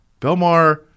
Belmar